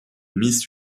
miss